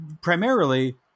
primarily